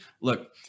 Look